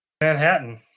Manhattan